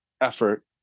effort